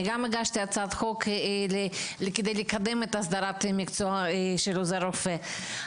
אני גם הגשתי הצעת חוק כדי לקדם את הסדרת המקצוע של עוזר רופא.